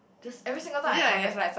just every single time I come back